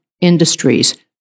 industries